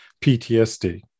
PTSD